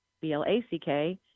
B-L-A-C-K